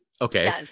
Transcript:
Okay